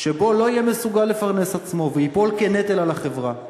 שבו לא יהיה מסוגל לפרנס עצמו וייפול כנטל על החברה".